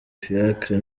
fiacre